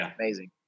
amazing